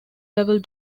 level